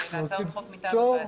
להצעות חוק מטעם הוועדה.